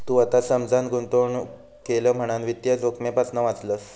तू आता समजान गुंतवणूक केलं म्हणान वित्तीय जोखमेपासना वाचलंस